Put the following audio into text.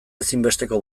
ezinbesteko